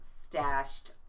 stashed